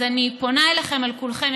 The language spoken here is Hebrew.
אז אני פונה אליכם, אל כולכם.